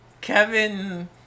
Kevin